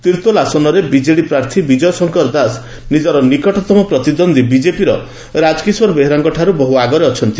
ତିର୍ଭୋଲ ଆସନରେ ବିଜେଡ଼ି ପ୍ରାର୍ଥୀ ବିଜୟ ଶଙ୍କର ଦାସ ନିଜର ନିକଟତମ ପ୍ରତିଦ୍ୱନ୍ଦ୍ୱ ବିଜେପିର ରାଜକିଶୋର ବେହେରାଙ୍କଠାରୁ ବହୁ ଆଗରେ ଅଛନ୍ତି